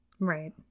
Right